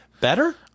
better